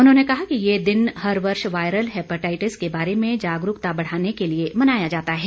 उन्होंने कहा कि यह दिवस हर वर्ष वायरल हेपेटाइटिस के बारे में जागरूकता बढ़ाने के लिए मनाया जाता है